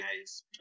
guys